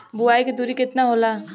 बुआई के दुरी केतना होला?